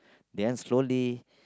then slowly